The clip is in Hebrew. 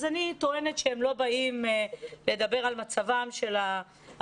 אז אני טוענת שהם לא באים לדבר על מצבם של העצמאים,